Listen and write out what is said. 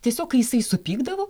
tiesiog kai jisai supykdavo